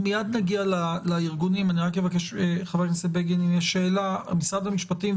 מייד נגיע לארגונים; משרד המשפטים,